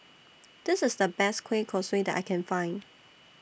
This IS The Best Kueh Kosui that I Can Find